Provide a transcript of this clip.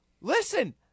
listen